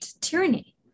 tyranny